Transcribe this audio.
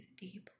deeply